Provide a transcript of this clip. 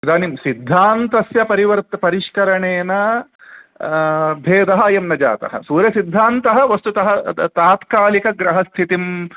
इदानीं सिद्धान्तस्य परिवर्तनं परिष्करणेन भेदः अयं न जातः सूर्यसिद्धान्तः वस्तुतः तात्लिकग्रहस्थितिम्